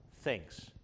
thinks